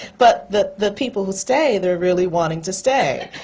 but the the people who stay, they're really wanting to stay,